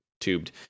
tubed